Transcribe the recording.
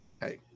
hey